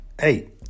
Hey